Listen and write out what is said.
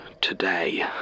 Today